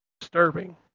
disturbing